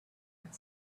had